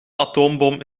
atoombom